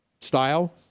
style